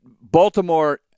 Baltimore